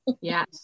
Yes